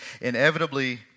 inevitably